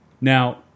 Now